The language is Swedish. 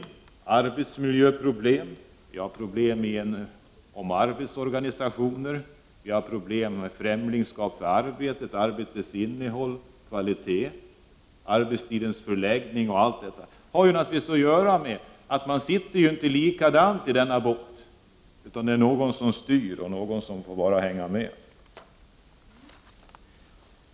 Vi har arbetsmiljöproblem, problem som gäller arbetsorganisationer, främlingskap inför arbetet, arbetets innehåll och kvalitet, arbetstidens förläggning osv. Det har naturligtvis att göra med att man så att säga inte sitter likadant i båten, utan det är någon som styr och någon som bara får hänga med.